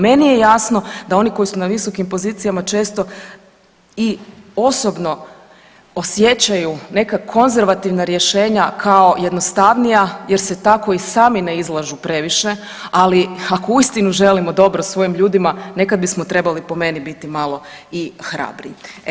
Meni je jasno da oni koji su na visokim pozicijama često i osobno osjećaju neka konzervativna rješenja kao jednostavnija jer se tako i sami ne izlažu previše, ali ako uistinu želimo dobro svojim ljudima nekad bismo trebali po meni biti malo i hrabriji.